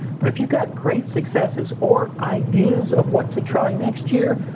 but if you've got great successes or ideas of what to try next year,